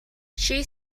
she